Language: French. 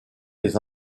des